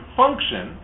function